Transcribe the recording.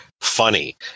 funny